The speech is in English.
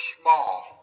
small